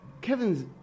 Kevin's